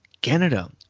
Canada